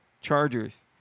Chargers